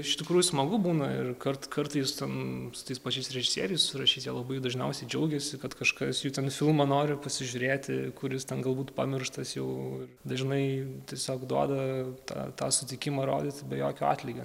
iš tikrųjų smagu būna ir kart kartais ten su tais pačiais režisieriais surašyt jie labai dažniausiai džiaugiasi kad kažkas jų ten filmą nori pasižiūrėti kuris ten galbūt pamirštas jau ir dažnai tiesiog duoda tą tą sutikimą rodyti be jokio atlygio